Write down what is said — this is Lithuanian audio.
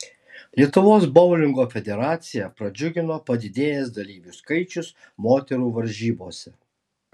lietuvos boulingo federaciją pradžiugino padidėjęs dalyvių skaičius moterų varžybose